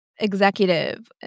executive